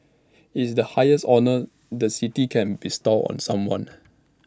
it's the highest honour the city can bestow on someone